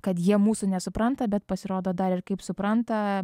kad jie mūsų nesupranta bet pasirodo dar ir kaip supranta